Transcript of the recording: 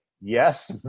yes